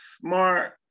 smart